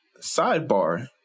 sidebar